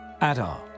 Adar